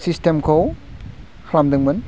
सिस्टेमखौ खालामदोंमोन